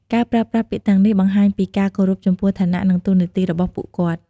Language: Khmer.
ការប្រើប្រាស់ពាក្យទាំងនេះបង្ហាញពីការគោរពចំពោះឋានៈ និងតួនាទីរបស់ពួកគាត់។